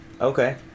Okay